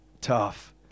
Tough